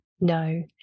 No